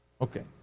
Okay